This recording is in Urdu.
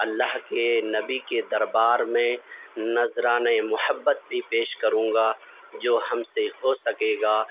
اللہ کے نبی کے دربار میں نظرانۂ محبت بھی پیش کروں گا جو ہم سے ہو سکے گا